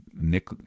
nick